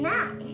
Now